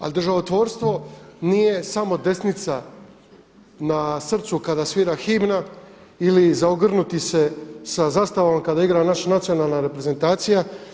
Ali državotvorstvo nije samo desnica na srcu kada svira himna ili zaogrnuti se sa zastavom kada igra naša nacionalna reprezentacija.